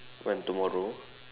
when tomorrow